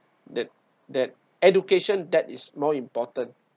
that that education that is more important